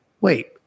wait